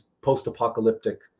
post-apocalyptic